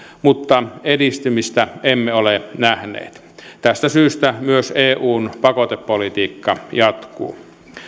mutta edistymistä emme ole nähneet tästä syystä myös eun pakotepolitiikka jatkuu